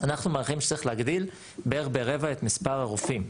אנחנו מעריכים שצריך להגדיל בערך ברבע את מספר הרופאים.